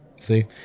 See